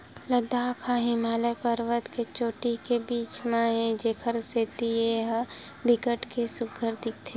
लद्दाख ह हिमालय परबत के चोटी के बीच म हे जेखर सेती ए ह बिकट के सुग्घर दिखथे